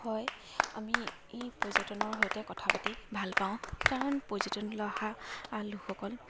হয় আমি ই পৰ্যটনৰ সৈতে কথা পাতি ভাল পাওঁ কাৰণ পৰ্যটনলৈ অহা লোকসকল